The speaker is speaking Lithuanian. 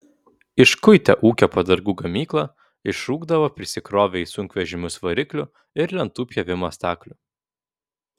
iškuitę ūkio padargų gamyklą išrūkdavo prisikrovę į sunkvežimius variklių ir lentų pjovimo staklių